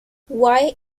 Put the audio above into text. why